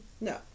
No